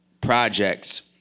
projects